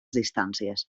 distàncies